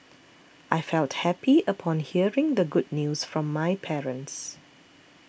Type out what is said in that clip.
I felt happy upon hearing the good news from my parents